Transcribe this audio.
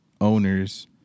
owners